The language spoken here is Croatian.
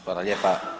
Hvala lijepa.